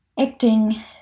acting